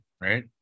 right